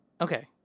Okay